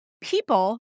people